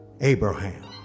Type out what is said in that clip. Abraham